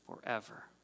forever